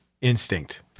instinct